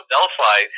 Delphi